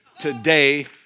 today